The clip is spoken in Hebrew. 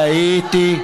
טעיתי.